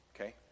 okay